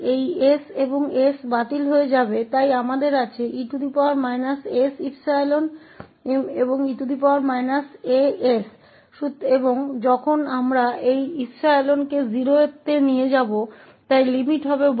तो यह s और s रद्द हो जाएगा इसलिए हमारे पास e s𝜖e saहै और जब हम इसे 𝜖 से 0 लेते हैं तो यह 1 है